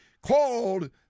called